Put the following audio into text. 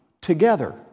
together